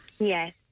Yes